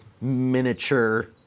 miniature